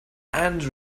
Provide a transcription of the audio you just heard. and